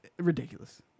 Ridiculous